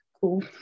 Cool